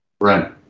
right